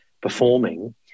performing